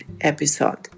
episode